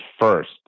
first